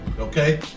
Okay